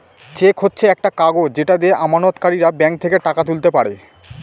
check হচ্ছে একটা কাগজ যেটা দিয়ে আমানতকারীরা ব্যাঙ্ক থেকে টাকা তুলতে পারে